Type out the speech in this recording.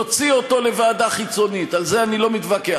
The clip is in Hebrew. נוציא אותו לוועדה חיצונית, על זה אני לא מתווכח.